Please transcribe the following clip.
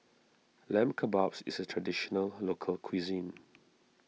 Lamb Kebabs is a Traditional Local Cuisine